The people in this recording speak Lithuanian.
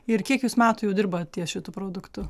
ir kiek jūs metų jau dirbat ties šitu produktu